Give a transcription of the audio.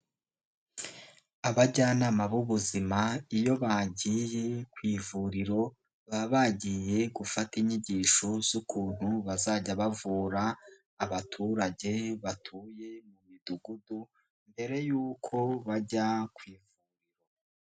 Abajyanama b'ubuzima iyo bagiye ku ivuriro, baba bagiye gufata inyigisho z'ukuntu bazajya bavura abaturage batuye mu midugudu mbere yuko bajya ku ivuriro.